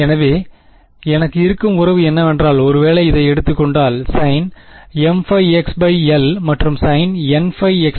எனவே எனக்கு இருக்கும் உறவு என்னவென்றால் ஒருவேளை இதை எடுத்துக் கொண்டால் sin mπx l மற்றும் sin nπx l